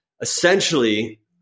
Essentially